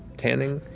tanning.